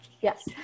yes